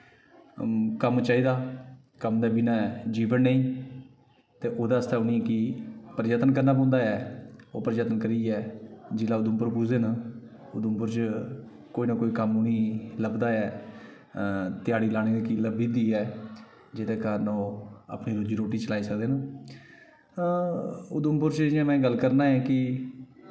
कम्म चाहिदा कम्म दे बिना जीवन नेईं ते ओह्दे आस्तै उ'नें गी प्रयत्न करना पौंदा ऐ ओह् प्रयत्न करियै जिला उधमपुर च पुजदे न उधमपुर च कोई ना कोई कम्म उ'नें ई लभदा ऐ ध्याड़ी लानै गी लब्भी जंदी ऐ जेह्दे कारण ओह् अपनी रोजी रोटी चलाई सकदे न उधमपुर च जि'यां में गल्ल करना ऐं कि